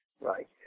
right